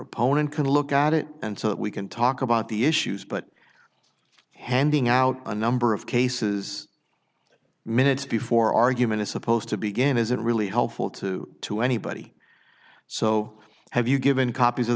opponent can look at it and so that we can talk about the issues but handing out a number of cases minutes before argument is supposed to begin is it really helpful to to anybody so have you given copies of